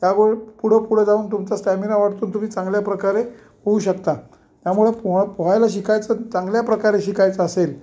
त्यावेळी पुढं पुढं जाऊन तुमचा स्टॅमिना वाढून तुम्ही चांगल्या प्रकारे होऊ शकता त्यामुळे पोहा पोहायला शिकायचं चांगल्या प्रकारे शिकायचं असेल